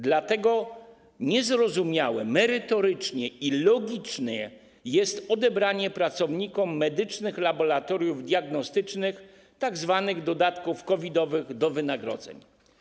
Dlatego niezrozumiałe merytorycznie i logicznie jest odebranie pracownikom medycznych laboratoriów diagnostycznych tzw. dodatków COVID-owych do wynagrodzeń.